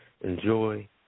enjoy